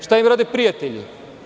Šta im rade prijatelji?